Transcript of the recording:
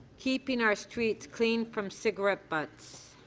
keeping our streets clean from cigarette butts.